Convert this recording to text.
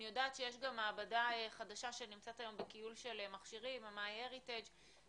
אני יודעת שיש מעבדה חדשה שנמצאת כיום בכיול של מכשירים "מיי הריטג'".